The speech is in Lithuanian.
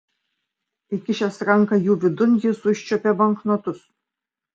įkišęs ranką jų vidun jis užčiuopė banknotus